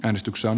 äänestyksen